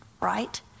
right